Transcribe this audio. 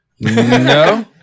No